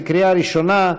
בקריאה ראשונה.